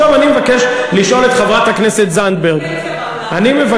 עכשיו אני מבקש לשאול את חברת הכנסת זנדברג, יש